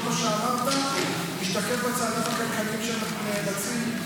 כי כל מה שאמרת משתקף בצעדים הכלכליים שמבצעים,